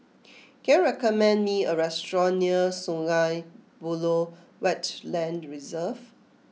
can you recommend me a restaurant near Sungei Buloh Wetland Reserve